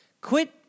quit